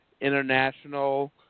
international